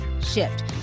shift